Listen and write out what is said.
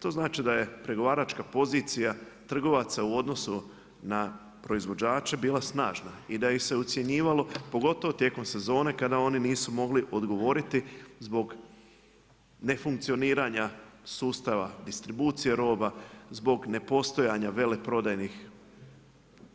To znači da je pregovaračka pozicija trgovaca u odnosu na proizvođače bila snažna i da ih se ucjenjivalo pogotovo tijekom sezone kada oni nisu mogli odgovoriti zbog nefunkcioniranja sustava distribucije roba, zbog nepostojanja veleprodajnih